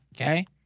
Okay